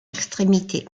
extrémité